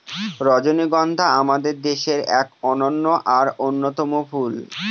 রজনীগন্ধা আমাদের দেশের এক অনন্য আর অন্যতম ফুল